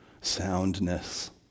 soundness